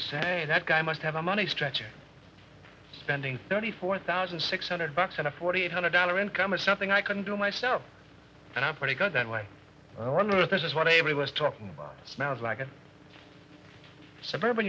say that guy must have a money stretcher spending thirty four thousand six hundred bucks on a forty eight hundred dollar income is something i can do myself and i'm pretty good that way i wonder if this is what avery was talking about sounds like a suburban